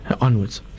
onwards